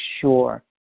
sure